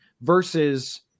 versus